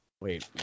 Wait